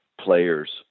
players